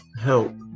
help